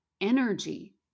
energy